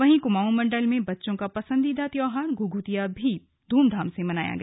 वहीं कुमाऊं मंडल में बच्चों का पसंदीदा त्योहार घुघुतिया भी धूमधाम से मनाया गया